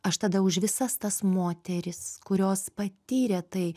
aš tada už visas tas moteris kurios patyrė tai